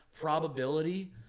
probability